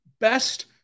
best